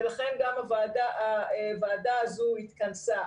ולכן גם הוועדה הזו התכנסה.